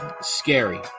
scary